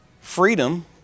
freedom